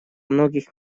многих